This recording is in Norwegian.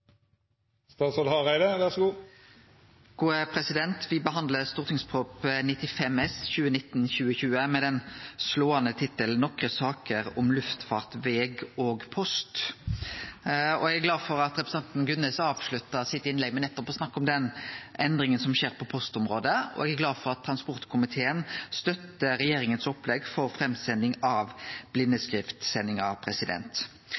95 S for 2019–2020 med den slåande tittelen «Nokre saker om luftfart, veg og post». Eg er glad for at representanten Gunnes avslutta innlegget sitt med nettopp å snakke om den endringa som skjer på postområdet, og er glad for at transportkomiteen støttar regjeringa sitt opplegg for framsending av